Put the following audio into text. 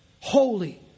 Holy